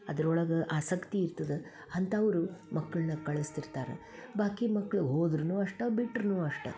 ಅದ್ರೊಳಗೆ ಆಸಕ್ತಿ ಇರ್ತದ ಅಂಥವ್ರು ಮಕ್ಕುಳನ್ನಿ ಕಳಿಸ್ತಿರ್ತಾರೆ ಬಾಕಿ ಮಕ್ಳು ಹೋದರೂ ಅಷ್ಟ ಬಿಟ್ಟರೂ ಅಷ್ಟ